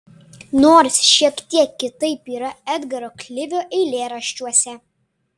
nors šiek tiek kitaip yra edgaro klivio eilėraščiuose